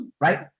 right